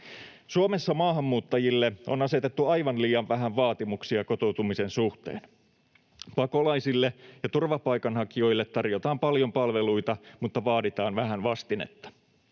Suomessa maahanmuuttajille on asetettu aivan liian vähän vaatimuksia kotoutumisen suhteen. Pakolaisille ja turvapaikanhakijoille tarjotaan paljon palveluita, mutta vaaditaan vähän vastinetta.